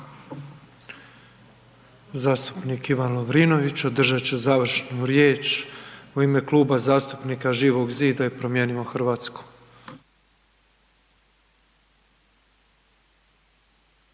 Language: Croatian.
Zastupnik Ivan Lovrinović održat će završnu riječ u ime Kluba zastupnika Živog zida i Promijenimo Hrvatsku.